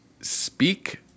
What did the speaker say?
Speak